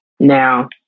Now